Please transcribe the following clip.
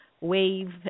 Wave